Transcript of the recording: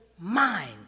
mind